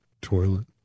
Toilet